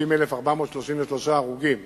30,433 הרוגים